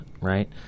right